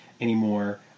anymore